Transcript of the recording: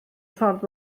ffordd